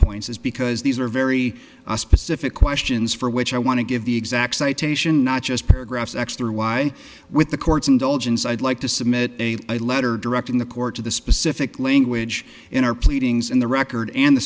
points is because these are very specific questions for which i want to give the exact citation not just paragraphs x through y with the court's indulgence i'd like to submit a letter directing the court to the specific language in our pleadings in the record and the